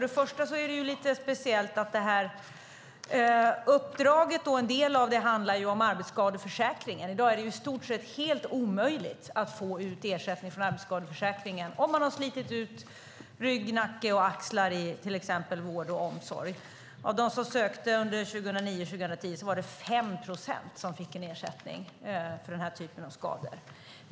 Det är lite speciellt att en del av uppdraget handlar om arbetsskadeförsäkringen. I dag är det i stort sett helt omöjligt att få ut ersättning från arbetsskadeförsäkringen om man har slitit ut rygg, nacke och axlar genom arbete inom till exempel vård och omsorg. Av dem som sökte 2009-2010 var det 5 procent som fick ersättning för den här typen av skador.